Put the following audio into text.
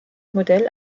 modell